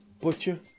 butcher